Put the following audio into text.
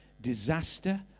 disaster